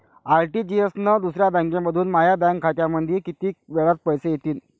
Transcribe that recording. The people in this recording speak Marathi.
आर.टी.जी.एस न दुसऱ्या बँकेमंधून माया बँक खात्यामंधी कितीक वेळातं पैसे येतीनं?